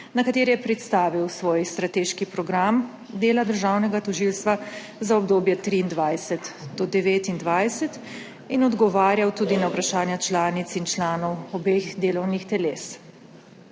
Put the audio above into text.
na kateri je predstavil svoj strateški program dela državnega tožilstva za obdobje 2023 do 2029 in odgovarjal tudi na vprašanja članic in članov obeh delovnih teles.